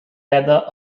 leather